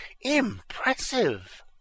Impressive